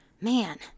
man